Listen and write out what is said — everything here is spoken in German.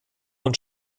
und